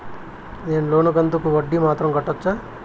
నేను లోను కంతుకు వడ్డీ మాత్రం కట్టొచ్చా?